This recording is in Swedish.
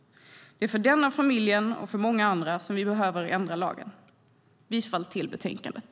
Det är för denna familj och för många andra som vi behöver ändra lagen. Jag yrkar bifall till förslaget i betänkandet.